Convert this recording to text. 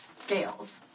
scales